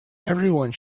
everyone